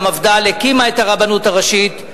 שהמפד"ל הקימה את הרבנות הראשית.